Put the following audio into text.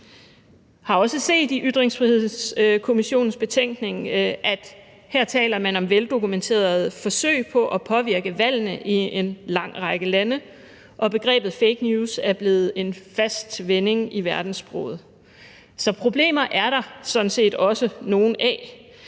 løjet om dem; i Ytringsfrihedskommissionens betænkning taler man om veldokumenterede forsøg på at påvirke valgene i en lang række lande; og begrebet fake news er blevet en fast vending i verdenssproget. Så problemer er der sådan set også af nogle af.